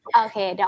okay